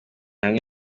hamwe